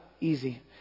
easy